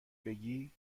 بگی